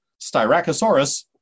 styracosaurus